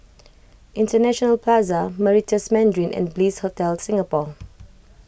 International Plaza Meritus Mandarin and Bliss Hotel Singapore